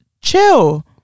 chill